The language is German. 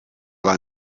war